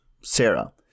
Sarah